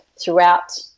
throughout